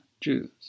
Jews